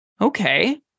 Okay